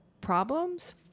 problems